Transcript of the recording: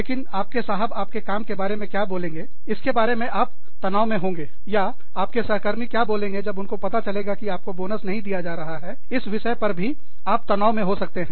लेकिन आपके साहब आपके काम के बारे में क्या बोलेंगे इसके बारे में आप तनाव में होंगे या आपके सहकर्मी क्या बोलेंगे जब उनको पता चलेगा कि आपको बोनस नहीं दिया जा रहा है इस विषय पर भी आप तनाव में हो सकते हैं